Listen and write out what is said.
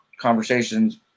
conversations